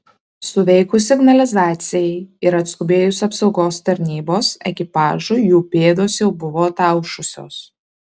suveikus signalizacijai ir atskubėjus apsaugos tarnybos ekipažui jų pėdos jau buvo ataušusios